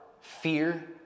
fear